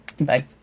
Bye